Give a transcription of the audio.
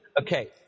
Okay